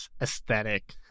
aesthetic